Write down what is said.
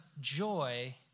joy